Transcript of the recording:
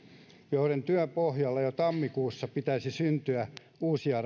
joiden työn pohjalle jo tammikuussa pitäisi syntyä uusia